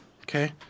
Okay